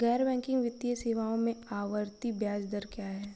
गैर बैंकिंग वित्तीय सेवाओं में आवर्ती ब्याज दर क्या है?